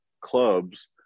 clubs